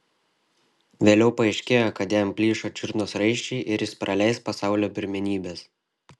vėliau paaiškėjo kad jam plyšo čiurnos raiščiai ir jis praleis pasaulio pirmenybes